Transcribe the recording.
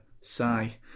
Sigh